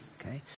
okay